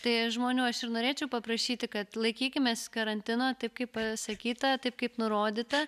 tai žmonių aš ir norėčiau paprašyti kad laikykimės karantino taip kaip sakyta taip kaip nurodyta